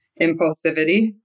impulsivity